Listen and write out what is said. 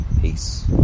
Peace